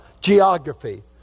geography